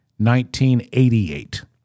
1988